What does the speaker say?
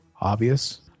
obvious